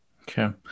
okay